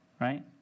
right